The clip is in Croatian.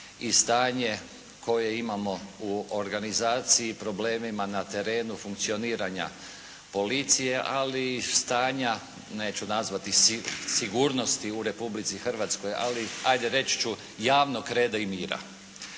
i stanje koje imamo u organizaciji i problemima na terenu, funkcioniranja policije. Ali i stanja neću nazvati sigurnosti u Republici Hrvatskoj, ali hajde reći ću javnog reda i mira.